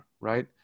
right